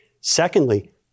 Secondly